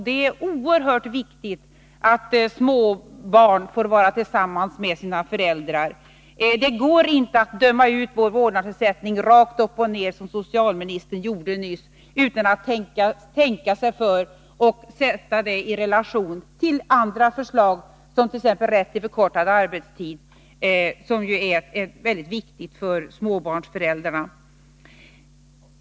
Det är oerhört viktigt att småbarn får vara tillsammans med sina föräldrar. Det går inte att döma ut vår vårdnadsersättning, som socialministern gjorde nyss, utan att tänka sig för och sätta den i relation till andra förslag, t.ex. rätt till förkortad arbetstid, som ju är mycket viktigt för småbarnsföräldrarna.